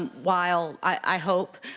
while i hope,